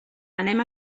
anem